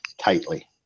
tightly